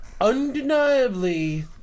Undeniably